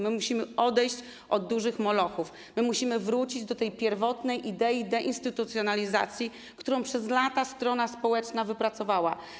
Musimy odejść od dużych molochów, musimy wrócić do tej pierwotnej idei deinstytucjonalizacji, którą przez lata strona społeczna wypracowała.